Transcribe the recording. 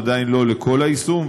עדיין לא לכל היישום,